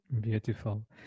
Beautiful